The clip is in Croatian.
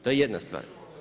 To je jedna stvar.